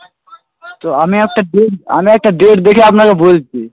তো আমি একটা ডেট আমি একটা ডেট দেখে আপনাকে বলছি